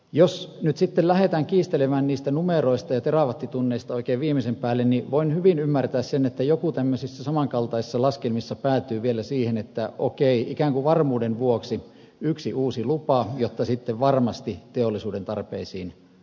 jos nyt sitten lähdetään kiistelemään niistä numeroista ja terawattitunneista oikein viimeisen päälle voin hyvin ymmärtää sen että joku tämmöisissä saman kaltaisissa laskelmissa päätyy vielä siihen että okei ikään kuin varmuuden vuoksi yksi uusi lupa jotta sitten varmasti teollisuuden tarpeisiin riittää virtaa